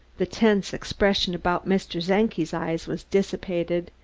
the tense expression about mr. czenki's eyes was dissipated,